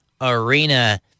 Arena